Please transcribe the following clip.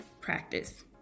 practice